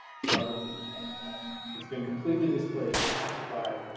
geography you're talking about it's been completely displaced half by